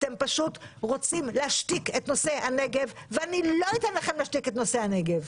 אתם פשוט רוצים להשתיק את נושא הנגב ולא אתן לכם להשתיק את נושא הנגב.